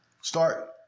Start